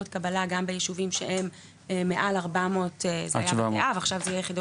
קבלה גם ביישובים שהם מעל 400 זה היה בתי אב,